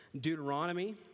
Deuteronomy